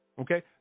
okay